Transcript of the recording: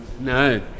No